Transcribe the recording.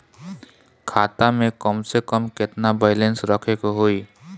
खाता में कम से कम केतना बैलेंस रखे के होईं?